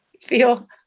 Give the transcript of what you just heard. feel